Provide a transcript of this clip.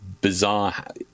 bizarre